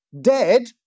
dead